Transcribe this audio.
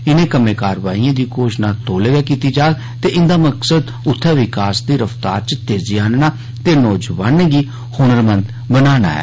इनें कम्में कारवाइएं दी घोशणा तौले गै कीती जाग ते इंदा मकसद उत्थें विकास दी रफ्तार च तेजी आन्नना ते नोजवानें गी हुनरमंद बनाना ऐ